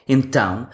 Então